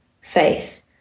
faith